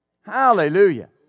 Hallelujah